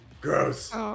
gross